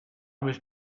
was